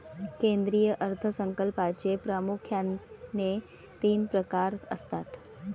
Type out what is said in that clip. केंद्रीय अर्थ संकल्पाचे प्रामुख्याने तीन प्रकार असतात